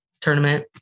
tournament